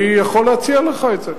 אני יכול להציע לך את זה.